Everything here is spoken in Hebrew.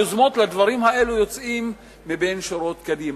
היוזמות לדברים האלה יוצאות דווקא משורות קדימה.